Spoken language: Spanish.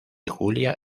julia